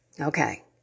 okay